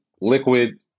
liquid